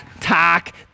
Talk